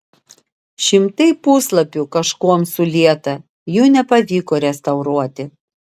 šimtai puslapių kažkuom sulieta jų nepavyko restauruoti